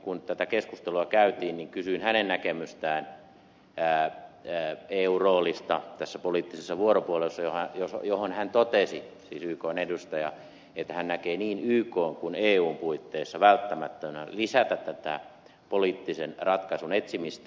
kun tätä keskustelua käytiin niin kysyin hänen näkemystään eun roolista tässä poliittisessa vuoropuhelussa ja siihen hän totesi siis ykn edustaja että hän näkee niin ykn kuin eun puitteissa välttämättömänä lisätä poliittisen ratkaisun etsimistä